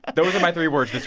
those are my three words this